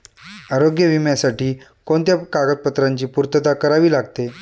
आरोग्य विम्यासाठी कोणत्या कागदपत्रांची पूर्तता करावी लागते?